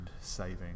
saving